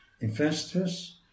investors